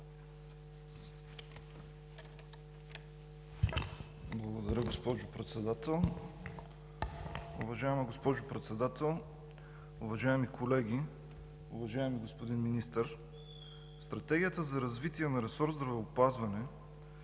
Благодаря, госпожо Председател.